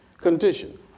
condition